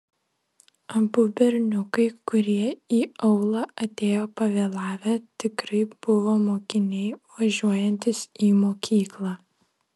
abu berniukai kurie į aulą atėjo pavėlavę tikrai buvo mokiniai važiuojantys į mokyklą